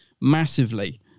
massively